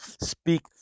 speak